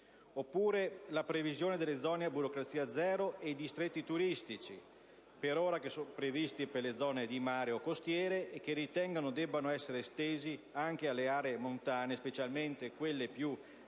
oppure la previsione delle zone a burocrazia zero e i distretti turistici, per ora previsti per le zone di mare o costiere ma ritengo debbano essere estesi alle aree montane, specialmente quelli più disagiate